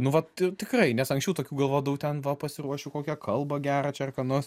nu vat tikrai nes anksčiau tokių galvodavau ten va pasiruošiu kokią kalbą gerą čia ar ką nors